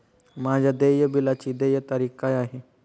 माझ्या देय बिलाची देय तारीख काय आहे?